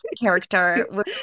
character